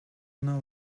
una